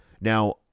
Now